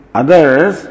others